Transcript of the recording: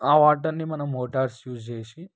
ఆ వాటర్ని మనం మోటార్స్ యూస్ చేసి